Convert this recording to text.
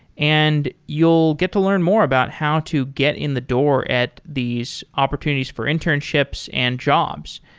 and you'll get to learn more about how to get in the door at these opportunities for internships and jobs.